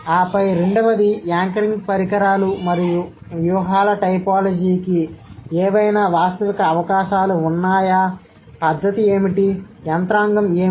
ఆపై రెండవది యాంకరింగ్ పరికరాలు మరియు వ్యూహాల టైపోలాజీకి ఏవైనా వాస్తవిక అవకాశాలు ఉన్నాయా పద్ధతి ఏమిటి యంత్రాంగం ఏమిటి